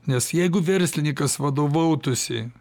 nes jeigu verslininkas vadovautųsi